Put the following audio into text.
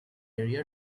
area